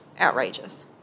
outrageous